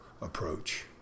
approach